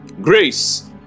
grace